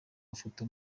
mafoto